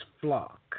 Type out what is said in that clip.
flock